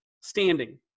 standing